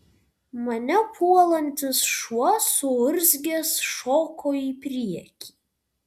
mane puolantis šuo suurzgęs šoko į priekį